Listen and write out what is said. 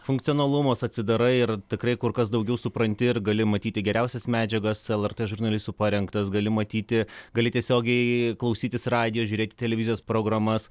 funkcionalumas atsidarai ir tikrai kur kas daugiau supranti ir gali matyti geriausias medžiagas lrt žurnalistų parengtas gali matyti gali tiesiogiai klausytis radijo žiūrėti televizijos programas